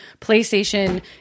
playstation